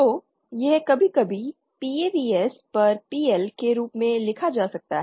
तो यह कभी कभी PAVS पर PL के रूप में लिखा जा सकता है